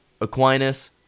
Aquinas